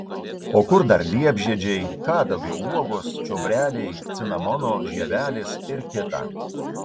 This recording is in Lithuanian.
o kur dar liepžiedžiai kadagio uogos čiobreliai cinamono žievelės ir kita